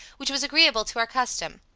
which was agreeable to our custom.